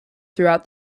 throughout